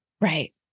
Right